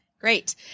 great